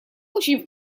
очень